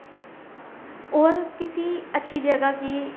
होर किसी अच्छी जगह गी